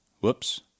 Whoops